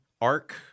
arc